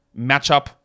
matchup